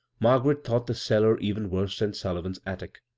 margaret thought the cellar even worse than sullivan's attic.